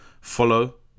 follow